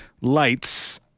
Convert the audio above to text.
lights